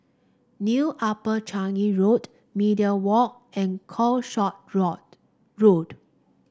New Upper Changi Road Media Walk and Calshot Road